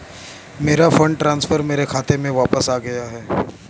मेरा fund transfer मेरे खाते में वापस आ गया है